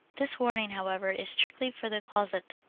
this warning, however, is strictly for the closet,